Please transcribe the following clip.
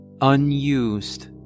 unused